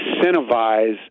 incentivize